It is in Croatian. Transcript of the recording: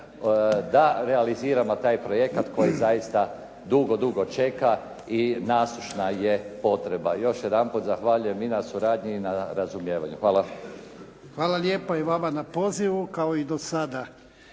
da realiziramo taj projekat koji zaista dugo, dugo čeka i nazočna je potreba. Još jedanput zahvaljujem i na suradnji i na razumijevanju. Hvala. **Jarnjak, Ivan (HDZ)** Hvala lijepa i vam na pozivu kao i do sada.